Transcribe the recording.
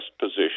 position